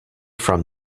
from